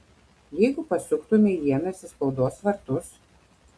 jeigu pasuktumei ienas į spaudos vartus